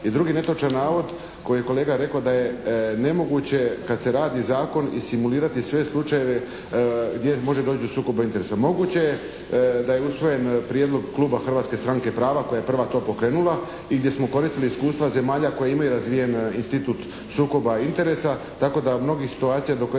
I drugi netočan navod koji je kolega rekao da je nemoguće kad se radi zakon i simulirati sve slučajeve gdje može doći do sukoba interesa. Moguće je da je usvojen prijedlog kluba Hrvatske stranke prava koja je prva to pokrenula i gdje smo koristili iskustva zemalja koje imaju razvijen institut sukoba interesa tako da do mnogih situacija do kojih